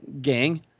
gang